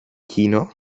kino